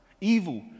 evil